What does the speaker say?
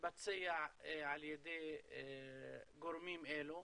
מתבצע על ידי גורמים אלה,